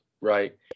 right